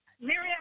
Miriam